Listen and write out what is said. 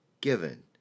given